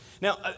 Now